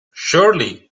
shirley